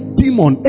demon